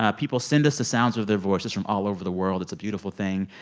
ah people send us the sounds of their voices from all over the world. it's a beautiful thing.